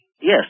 Yes